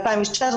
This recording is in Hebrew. ב-2019,